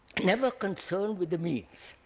never concerned with the means,